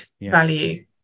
value